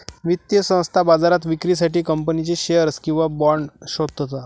वित्तीय संस्था बाजारात विक्रीसाठी कंपनीचे शेअर्स किंवा बाँड शोधतात